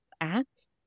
act